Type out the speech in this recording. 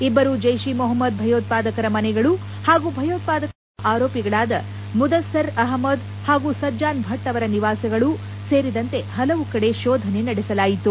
ಇಬ್ಬರು ಜೈಷ್ ಇ ಮೊಹಮ್ಸದ್ ಭಯೋತ್ಪಾದಕರ ಮನೆಗಳು ಹಾಗೂ ಭಯೋತ್ಪಾದಕ ದಾಳಿಯ ಪ್ರಮುಖ ಆರೋಪಿಗಳಾದ ಮುದಸರ್ ಅಹಮ್ನದ್ ಹಾಗೂ ಸಜ್ಲಾನ್ ಭಟ್ ಅವರ ನಿವಾಸಗಳು ಸೇರಿದಂತೆ ಹಲವು ಕಡೆ ಶೋಧನೆ ನಡೆಸಲಾಯಿತು